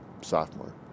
sophomore